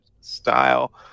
style